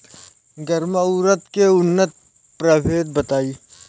गर्मा उरद के उन्नत प्रभेद बताई?